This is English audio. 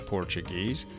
Portuguese